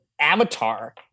Avatar